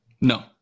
no